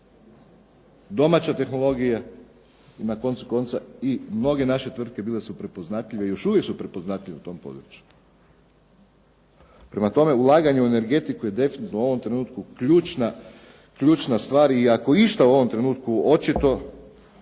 domaća tehnologija i na koncu konca i mnoge naše tvrtke bile su prepoznatljive i još uvijek su prepoznatljive u tom području. Prema tome, ulaganje u energetiku je definitivno u ovom trenutku ključna stvar i ako je išta u ovom trenutku očito